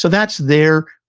so that's their